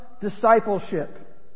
discipleship